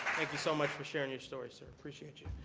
like you so much for sharing your story, sir. appreciate you.